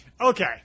Okay